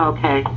Okay